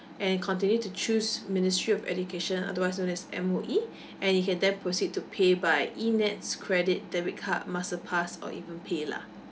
and continue to choose ministry of education otherwise known as M_O_E and you can then proceed to pay by enets credit debit card masterpass or even paylah